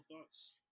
thoughts